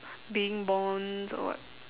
being borns or what